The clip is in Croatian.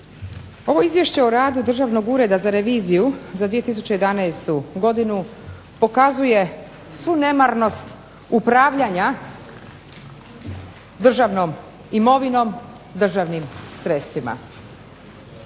Ovo Izvješće o radu Državnog ureda za reviziju za 2011. godinu pokazuje svu nemarnost upravljanja državnom imovinom, državnim sredstvima.